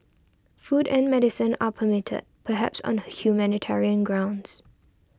food and medicine are permitted perhaps on humanitarian grounds